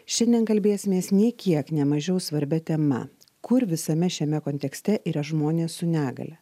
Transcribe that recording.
šiandien kalbėsimės nei kiek nemažiau svarbia tema kur visame šiame kontekste yra žmonės su negalia